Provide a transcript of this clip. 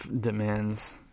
demands